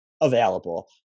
available